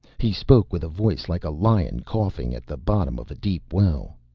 he spoke with a voice like a lion coughing at the bottom of a deep well.